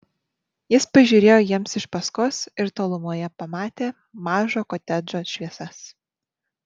jis pažiūrėjo jiems iš paskos ir tolumoje pamatė mažo kotedžo šviesas